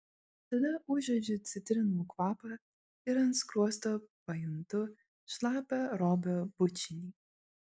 tada užuodžiu citrinų kvapą ir ant skruosto pajuntu šlapią robio bučinį